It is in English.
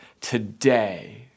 today